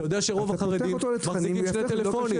אתה יודע שרוב החרדים מחזיקים שני טלפונים.